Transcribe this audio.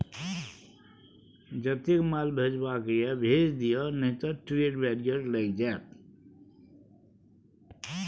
जतेक माल भेजबाक यै भेज दिअ नहि त ट्रेड बैरियर लागि जाएत